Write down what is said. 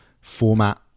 format